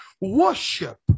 Worship